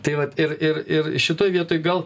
tai vat ir ir ir šitoj vietoj gal